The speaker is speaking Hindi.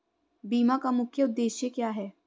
बीमा का मुख्य उद्देश्य क्या है?